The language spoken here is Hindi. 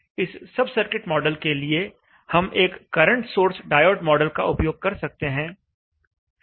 इस सब सर्किट मॉडल के लिए हम एक करंट सोर्स डायोड मॉडल का उपयोग कर सकते हैं